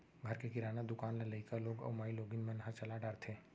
घर के किराना दुकान ल लइका लोग अउ माइलोगन मन ह चला डारथें